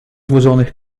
złożonych